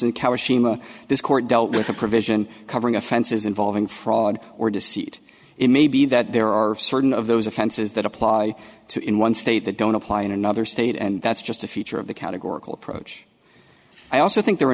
this court dealt with a provision covering offenses involving fraud or deceit it may be that there are certain of those offenses that apply to in one state that don't apply in another state and that's just a feature of the categorical approach i also think there are a